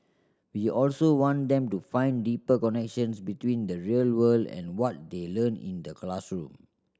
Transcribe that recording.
we also want them to find deeper connections between the real world and what they learn in the classroom